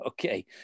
okay